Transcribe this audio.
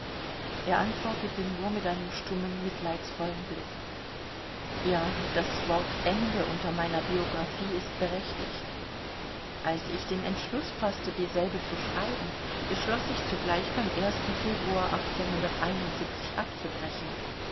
er antwortete nur mit einem stummen mitleidsvollen blick ja das wort ende unter meiner biographie ist berechtigt als ich den entschluß faßte dieselbe zu schreiben beschloß ich zugleich beim februar abzubrechen